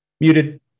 Muted